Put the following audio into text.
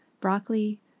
Broccoli